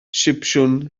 sipsiwn